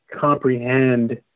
comprehend